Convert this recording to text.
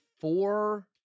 four